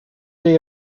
day